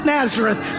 Nazareth